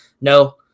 No